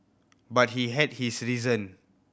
but he had his reason